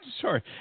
sorry